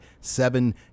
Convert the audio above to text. seven